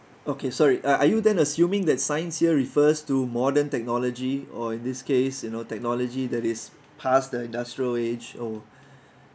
okay sorry uh are you then assuming that science here refers to modern technology or in this case you know technology that is past the industrial age or